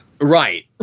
Right